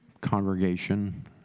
congregation